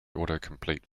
autocomplete